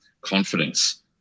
confidence